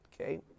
okay